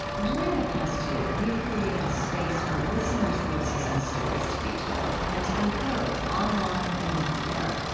during the past year, we've created a space for listeners' voices and stories to be told and to be heard online and on the air.